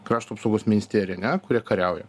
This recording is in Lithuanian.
krašto apsaugos ministerija ane kurie kariauja